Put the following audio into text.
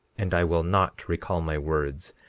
and i will not recall my words,